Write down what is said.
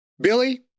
Billy